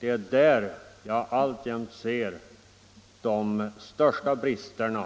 Det är där jag alltjämt ser de största bristerna